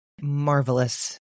marvelous